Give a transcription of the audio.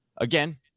Again